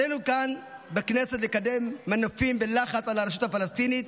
עלינו כאן בכנסת לקדם מנופים ולחץ על הרשות הפלסטינית